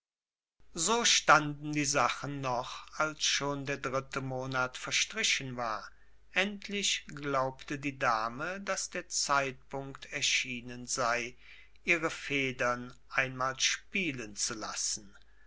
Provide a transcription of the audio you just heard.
so standen die sachen noch als schon der dritte monat verstrichen war endlich glaubte die dame daß der zeitpunkt erschienen sei ihre federn einmal spielen zu lassen